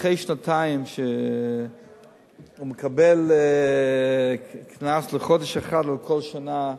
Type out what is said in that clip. אחרי שנתיים שהוא מקבל קנס של חודש אחד על כל שנה,